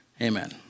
Amen